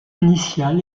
initial